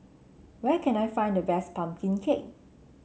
where can I find the best pumpkin cake